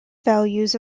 values